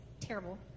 terrible